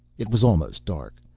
it was almost dark.